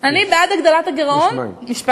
אני בעד הגדלת הגירעון כוס מים,